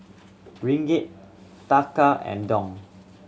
Ringgit Taka and Dong